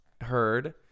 heard